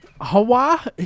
Hawa